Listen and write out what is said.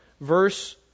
verse